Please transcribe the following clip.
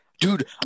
Dude